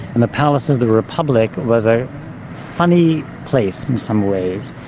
and the palace of the republic was a funny place in some ways.